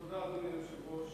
תודה, אדוני היושב-ראש.